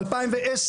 ב-2010,